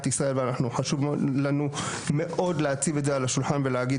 ישראל וחשוב לנו מאוד להציב את זה על השולחן ולהגיד